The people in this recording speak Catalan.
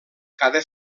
cada